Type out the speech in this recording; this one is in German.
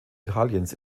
italiens